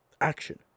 action